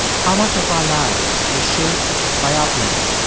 how much of our lives is shaped by upbringing?